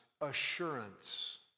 assurance